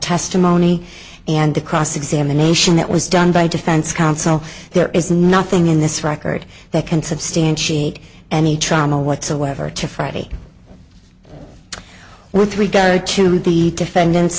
testimony and the cross examination that was done by defense counsel there is nothing in this record that can substantiate any trauma whatsoever to friday with regard to the defendant's